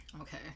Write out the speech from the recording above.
Okay